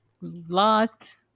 lost